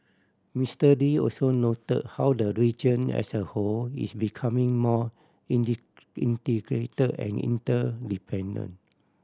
Mister Lee also note how the region as a whole is becoming more integrate and interdependent